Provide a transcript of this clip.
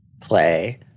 play